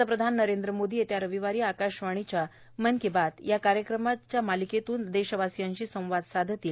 पंतप्रधान नरेंद्र मोदी येत्या रविवारी आकाशवाणीच्या मन की बात या कार्यक्रम मालिकेतून देशवासियांशी संवाद साधणार आहेत